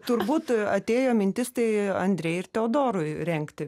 turbūt atėjo mintis tai andrei ir teodorui rengti